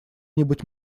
нибудь